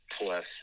plus